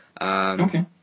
Okay